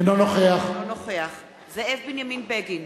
אינו נוכח זאב בנימין בגין,